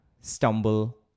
stumble